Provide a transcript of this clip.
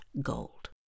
gold